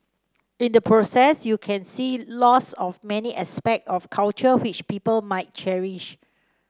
in the process you can see loss of many aspect of culture which people might cherish